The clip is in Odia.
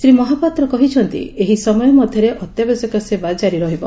ଶ୍ରୀ ମହାପାତ୍ର କହିଛନ୍ତି ଏହି ସମୟ ମଧ୍ଧରେ ଅତ୍ୟାବଶ୍ୟକ ସେବା ଜାରି ରହିବ